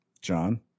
John